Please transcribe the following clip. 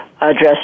address